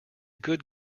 good